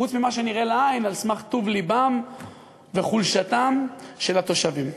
חוץ ממה שנראה לעין: על סמך טוב לבם וחולשתם של התושבים?